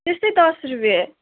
त्यस्तै दस रुपियाँ